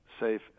safe